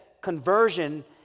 conversion